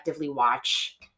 watch